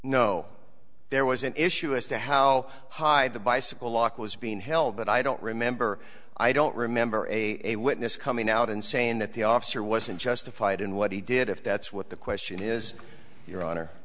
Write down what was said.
no there was an issue as to how high the bicycle lock was being held but i don't remember i don't remember a witness coming out and saying that the officer wasn't justified in what he did if that's what the question is your honor